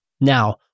Now